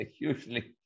Usually